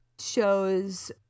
shows